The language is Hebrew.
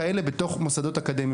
בתוך מוסדות אקדמיים?